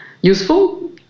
useful